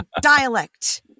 dialect